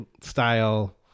style